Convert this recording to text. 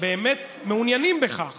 באמת מעוניינים בכך